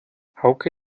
hauke